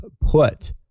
put